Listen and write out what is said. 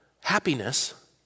happiness